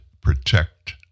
protect